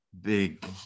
big